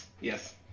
yes